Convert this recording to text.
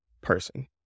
person